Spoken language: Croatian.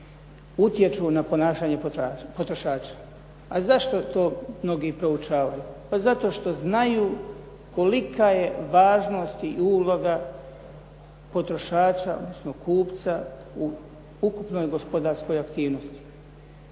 utječu na ponašanje potrošača. A zašto to mnogi proučavaju? Pa zato što znaju kolika je važnost i uloga potrošača, odnosno kupca u ukupnoj gospodarskoj aktivnosti.